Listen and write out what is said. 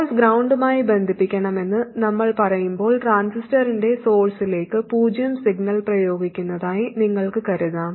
source ഗ്രൌണ്ടുമായി ബന്ധിപ്പിക്കണമെന്ന് നമ്മൾ പറയുമ്പോൾ ട്രാൻസിസ്റ്ററിന്റെ സോഴ്സിലേക്ക് പൂജ്യം സിഗ്നൽ പ്രയോഗിക്കുന്നതായി നിങ്ങൾക്ക് കരുതാം